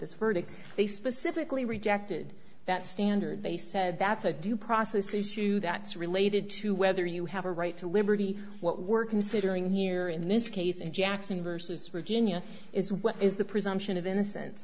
this verdict they specifically rejected that standard they said that's a due process issue that's related to whether you have a right to liberty what we're considering here in this case in jackson versus virginia is what is the presumption of innocence